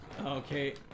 Okay